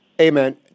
Amen